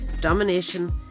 domination